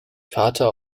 vater